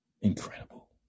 Incredible